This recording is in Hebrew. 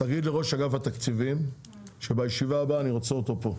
תגיד לראש אגף התקציבים שבישיבה הבאה אני רוצה אותו פה.